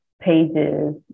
pages